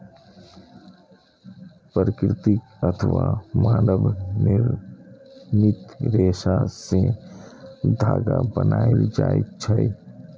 प्राकृतिक अथवा मानव निर्मित रेशा सं धागा बनायल जाए छै